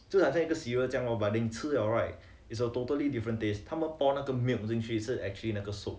就很想一个 cereal 这样 lor but 你吃了 right is a totally different taste 他们 pour 那个 milk 进去是 actually 那个 soup